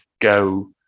go